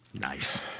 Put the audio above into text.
Nice